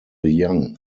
young